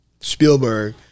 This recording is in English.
Spielberg